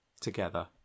together